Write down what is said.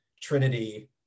Trinity